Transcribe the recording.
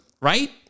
right